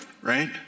right